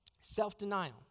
Self-denial